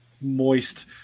moist